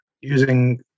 using